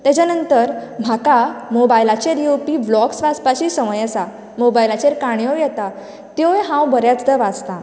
ताज्या नंतर म्हाका मोबायलाचेर येवपी ब्लॉग्स वाचपाची संवंय आसा मोबायलाचेर काणयोय येता त्योय हांव बऱ्याचदा वाचतां